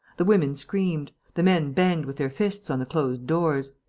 the women screamed. the men banged with their fists on the closed doors.